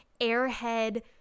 airhead